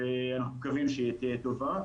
ואנחנו מקווים שהיא תהיה טובה,